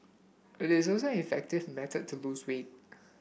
it is also an effective method to lose weight